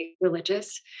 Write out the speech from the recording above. religious